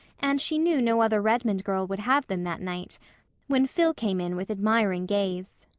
and she knew no other redmond girl would have them that night when phil came in with admiring gaze.